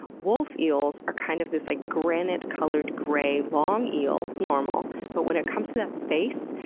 wolf eels are kind of this like granite-colored, grey, long eel. normal. but when it comes to the face,